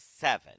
seven